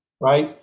right